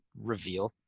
reveal